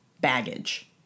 baggage